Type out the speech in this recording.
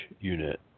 unit